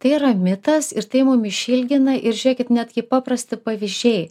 tai yra mitas ir tai mum išilgina ir žiūrėkit netgi paprasti pavyzdžiai